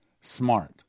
smart